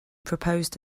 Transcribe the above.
proposed